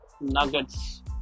Nuggets